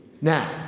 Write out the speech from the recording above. Now